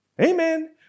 Amen